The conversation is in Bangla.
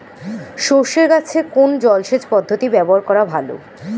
সরষে গাছে কোন জলসেচ পদ্ধতি ব্যবহার করা ভালো?